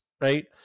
right